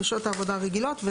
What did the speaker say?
בשעות עבודה רגילות.